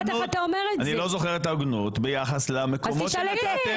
אני לא זוכר את ההוגנות ביחס למקומות שנתתם